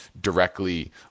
directly